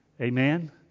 Amen